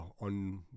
on